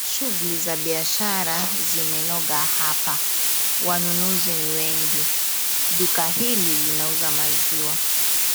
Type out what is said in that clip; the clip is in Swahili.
Shughuli za biashara zimenoga hapa. Wanunuzi ni wengi. Duka hili linauza maziwa.